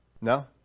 no